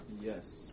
Yes